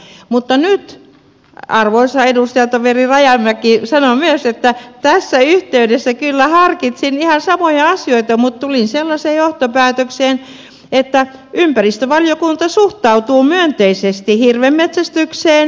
mutta nyt arvoisa edustajatoveri rajamäki sanon myös että tässä yhteydessä kyllä harkitsin ihan samoja asioita mutta tulin sellaiseen johtopäätökseen että ympäristövaliokunta suhtautuu myönteisesti hirvenmetsästykseen